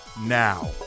now